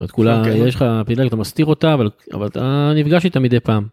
את כולה יש לך את מסתיר אותה אבל אתה נפגש איתה מדי פעם.